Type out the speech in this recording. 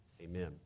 amen